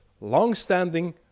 long-standing